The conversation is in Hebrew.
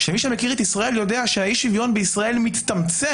שמי שמכיר את ישראל יודע שאי השוויון בישראל מצטמצם